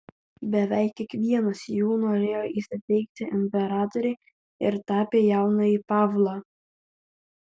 beveik kiekvienas jų norėjo įsiteikti imperatorei ir tapė jaunąjį pavlą